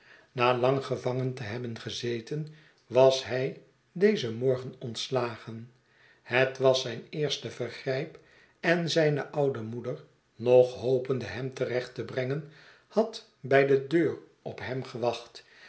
na lang gevangen te hebben gezeten was hij dezen morgen ontslagen het was zijn eerste vergrijp en zijne oude moeder nog hopende hem te recht te brengen had bij de deur op hem gewacht